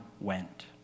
went